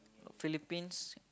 got Phillipines